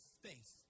faith